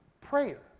Prayer